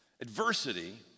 Adversity